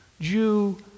Jew